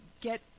get